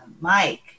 mike